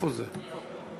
(בית-דין לעררים),